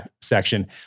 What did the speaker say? section